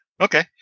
okay